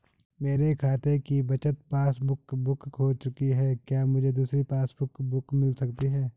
मेरे खाते की बचत पासबुक बुक खो चुकी है क्या मुझे दूसरी पासबुक बुक मिल सकती है?